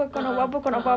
a'ah a'ah